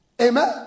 Amen